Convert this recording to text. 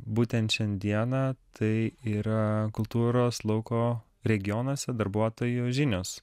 būtent šiandieną tai yra kultūros lauko regionuose darbuotojų žinios